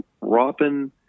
Robin